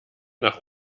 nach